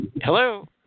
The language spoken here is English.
hello